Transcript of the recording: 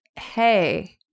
hey